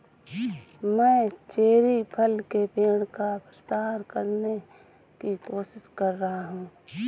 मैं चेरी फल के पेड़ का प्रसार करने की कोशिश कर रहा हूं